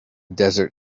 desert